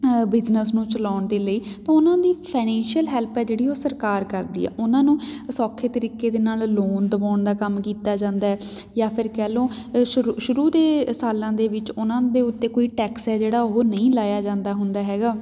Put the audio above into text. business ਨੂੰ ਚਲਾਉਣ ਦੇ ਲਈ ਤਾਂ ਉਹਨਾਂ ਦੀ ਫੈਨੇਸ਼ੀਅਲ ਹੈਲਪ ਹੈ ਜਿਹੜੀ ਉਹ ਸਰਕਾਰ ਕਰਦੀ ਆ ਉਹਨਾਂ ਨੂੰ ਸੌਖੇ ਤਰੀਕੇ ਦੇ ਨਾਲ ਲੋਨ ਦਵਾਉਣ ਦਾ ਕੰਮ ਕੀਤਾ ਜਾਂਦਾ ਜਾਂ ਫਿਰ ਕਹਿ ਲਓ ਸ਼ੁਰੂ ਸ਼ੁਰੂ ਦੇ ਸਾਲਾਂ ਦੇ ਵਿੱਚ ਉਹਨਾਂ ਦੇ ਉੱਤੇ ਕੋਈ ਟੈਕਸ ਹੈ ਜਿਹੜਾ ਉਹ ਨਹੀਂ ਲਾਇਆ ਜਾਂਦਾ ਹੁੰਦਾ ਹੈਗਾ